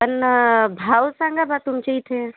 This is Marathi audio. पण भाव सांगा बा तुमच्या इथे